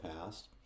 past